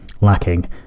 lacking